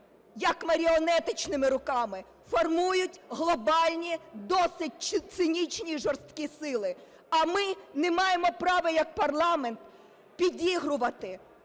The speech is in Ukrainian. як маріонеточними руками, формують глобальні досить цинічні, жорсткі сили. А ми не маємо права як парламент підігрувати